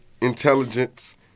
intelligence